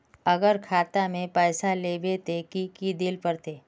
अगर खाता में पैसा लेबे ते की की देल पड़ते?